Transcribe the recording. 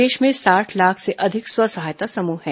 देश में साठ लाख से अधिक स्व सहायता समूह हैं